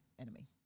enemy